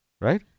Right